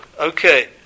okay